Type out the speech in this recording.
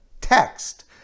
text